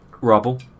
Rubble